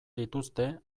dituzte